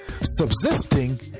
subsisting